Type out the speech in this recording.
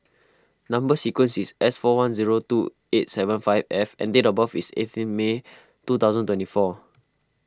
Number Sequence is S four one zero two eight seven five F and date of birth is eighteen May two thousand twenty four